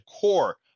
core